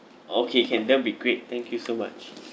okay can then it'll be great thank you so much